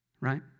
Right